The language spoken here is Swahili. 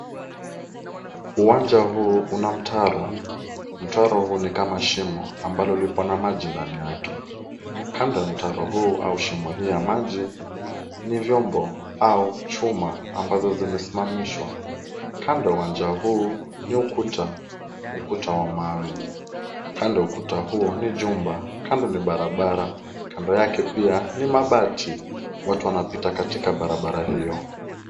Uwanja huu una mtaro. Mtaro huu ni kama shimo ambalo lipo na maji ndani yake. Kando ya mtaro huu au shimo hii ya maji, ni vyombo au chuma ambazo zimesimamishwa. Kando ya uwanja huu ni ukuta, ukuta wa mawe. Kando ya ukuta huo ni jumba. Kando ni barabara. Kando yake pia ni mabati. Watu wanapita katika barabara hiyo.